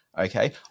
Okay